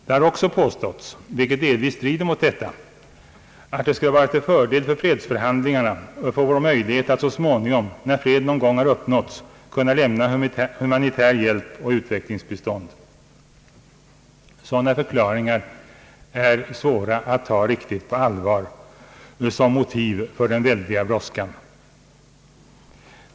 Det har också påståtts, vilket delvis strider mot detta, att det skulle vara till fördel för fredsförhandlingarna och för vår möjlighet att så småningom, när fred någon gång har uppnåtts, kunna lämna humanitär hjälp och utvecklingsbistånd. Sådana förklaringar är svåra att ta riktigt på allvar som motiv för den väldiga brådskan.